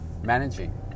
managing